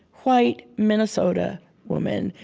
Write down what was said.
white, minnesota woman.